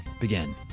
begin